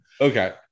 Okay